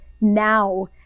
now